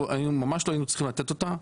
שממש היינו צריכים לתת אותה,